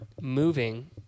moving